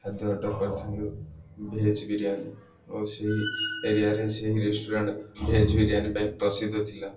ଖାଦ୍ୟ ଅର୍ଡ଼ର୍ କରିଥିଲୁ ଭେଜ୍ ବିରିୟାନୀ ଆଉ ସେହି ଏରିଆରେ ସେହି ରେଷ୍ଟୁରାଣ୍ଟ୍ ଭେଜ୍ ବିରିୟାନୀ ପାଇଁ ପ୍ରସିଦ୍ଧ ଥିଲା